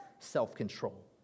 self-control